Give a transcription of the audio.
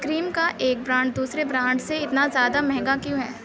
کریم کا ایک برانڈ دوسرے برانڈ سے اتنا زیادہ مہنگا کیوں ہے